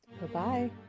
Bye-bye